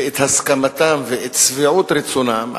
ואת הסכמתם ואת שביעות רצונם,